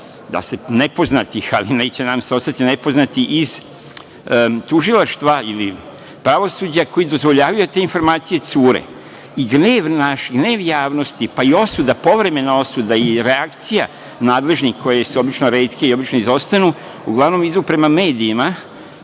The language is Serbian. izvora nepoznatih, ali neće nadam se ostati nepoznati, iz tužilaštva ili pravosuđa, koji dozvoljavaju da te informacije cure. Gnev naš, gnev javnosti, pa i osuda, povremena osuda i reakcija nadležnih koje su obično retke i obično izostanu, uglavnom idu prema medijima,